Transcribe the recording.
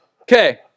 Okay